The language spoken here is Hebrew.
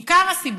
מכמה סיבות: